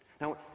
Now